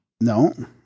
No